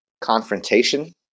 confrontation